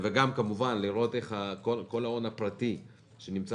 וגם כמובן לראות איך כל ההון הפרטי שנמצא